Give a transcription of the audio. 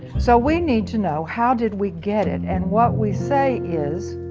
so we need to know, how did we get it. and what we say is,